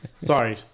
Sorry